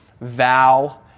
vow